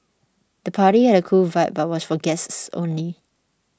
the party had a cool vibe but was for guests only